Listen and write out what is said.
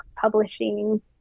Publishing